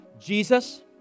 Jesus